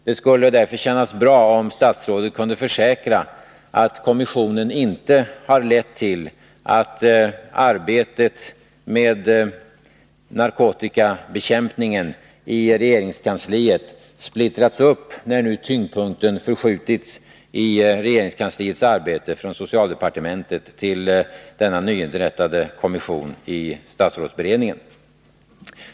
Det skulle därför kännas bra, om statsrådet kunde försäkra att arbetet med narkotikabekämpningen inte splittras upp, när nu tyngdpunkten i regeringskansliets arbete förskjutits från socialdepartementet till den nyinrättade kommissionen i statsrådsberedningen.